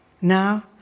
Now